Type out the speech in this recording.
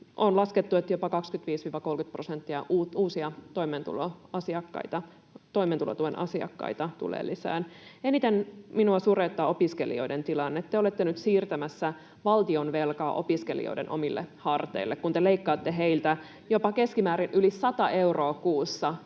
On laskettu, että jopa 25—30 prosenttia tulee lisää uusia toimeentulotuen asiakkaita. Eniten minua surettaa opiskelijoiden tilanne. Te olette nyt siirtämässä valtionvelkaa opiskelijoiden omille harteille, kun te leikkaatte heiltä keskimäärin jopa yli 100 euroa kuussa